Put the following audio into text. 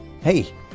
Hey